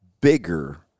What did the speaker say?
bigger